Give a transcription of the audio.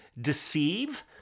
deceive